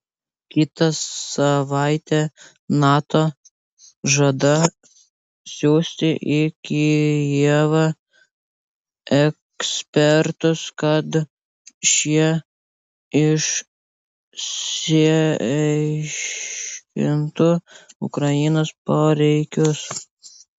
kitą savaitę nato žada siųsti į kijevą ekspertus kad šie išsiaiškintų ukrainos poreikius